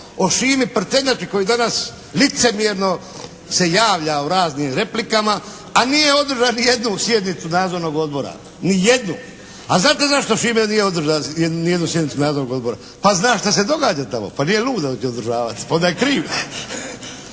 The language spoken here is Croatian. o Šimi Prtenjači koji danas licemjerno se javlja u raznim replikama, a nije održao ni jednu sjednicu nadzornog odbora. Ni jedu. A znate zašto Šime nije održao ni jednu sjednicu nadzornog odbora? Pa zna šta se događa tamo. Pa nije lud da će je održavat. Onda je kriv.